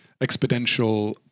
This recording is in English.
exponential